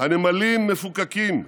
הנמלים מפוקקים,